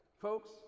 Folks